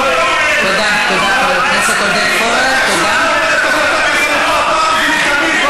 אולי תקשיב מה אומרת החלטת החלוקה אחת ולתמיד,